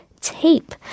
tape